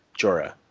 Jorah